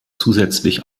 zusätzlich